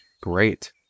Great